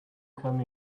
come